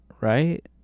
right